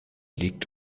liegt